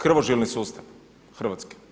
Krvožilni sustav Hrvatske.